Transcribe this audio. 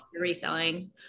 reselling